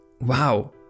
wow